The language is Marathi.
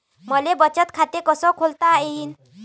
मले बचत खाते कसं खोलता येईन?